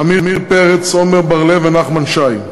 עמיר פרץ, עמר בר-לב ונחמן שי,